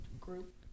group